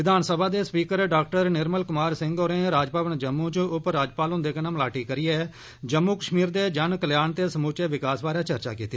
विधान सभा दे स्पीकर डाक्टर निर्मल क्मार सिंह होरें राजभवन जम्मू च उप राज्यपाल ह्न्दे कन्नै मलाटी करियै जम्मू कश्मीर दे जन कल्याण ते सम्चे विकास बारै चर्चा कीती